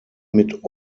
mit